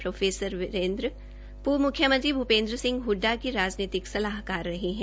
pro Virendra प्र्व म्ख्यमंत्री भूपेन्द्र सिंह हडडा क राजनीतिक सलाहकार रहे है